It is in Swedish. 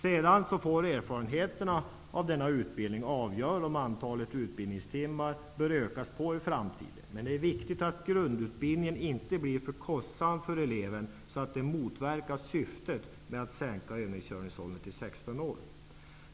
Sedan får erfarenheterna av denna utbildning avgöra om antalet utbildningstimmar bör utökas i framtiden. Men det är viktigt att grundutbildningen inte blir för kostsam för eleven, så att det hela motverkar syftet med en sänkning av övningskörningsåldern till 16 år.